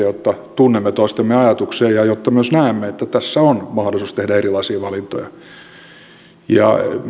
jotta tunnemme toistemme ajatuksia ja jotta myös näemme että tässä on mahdollisuus tehdä erilaisia valintoja ja